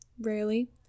Rarely